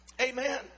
Amen